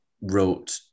wrote